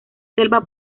selva